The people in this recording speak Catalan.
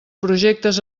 projectes